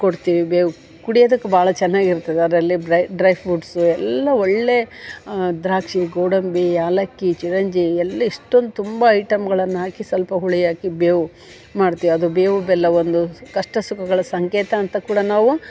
ಕೊಡ್ತೀವಿ ಬೇವು ಕುಡಿಯೋದಕ್ಕೆ ಭಾಳ ಚೆನ್ನಾಗಿರ್ತದೆ ಅದರಲ್ಲಿ ಡ್ರೈ ಡ್ರೈ ಫ್ರೂಟ್ಸು ಎಲ್ಲ ಒಳ್ಳೆಯ ದ್ರಾಕ್ಷಿ ಗೋಡಂಬಿ ಏಲಕ್ಕಿ ಚಿರಂಜಿ ಎಲ್ಲ ಎಷ್ಟೊಂದು ತುಂಬ ಐಟಮ್ಗಳನ್ನು ಹಾಕಿ ಸ್ವಲ್ಪ ಹುಳಿ ಹಾಕಿ ಬೇವು ಮಾಡ್ತೀವಿ ಅದು ಬೇವು ಬೆಲ್ಲ ಒಂದು ಕಷ್ಟ ಸುಖಗಳ ಸಂಕೇತ ಅಂತ ಕೂಡ ನಾವು